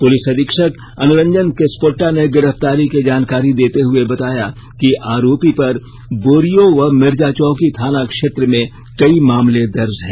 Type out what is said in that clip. police अधीक्षक अनुरंजन किसपोट्टा ने गिरफ्तारी की जानकारी देते हुए बताया कि आरोपी पर बोरियो व मिर्जाचौकी थाना क्षेत्र में कई मामले दर्ज हैं